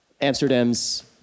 Amsterdam's